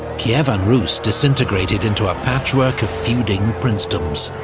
kievan rus disintegrated into a patchwork of feuding princedoms.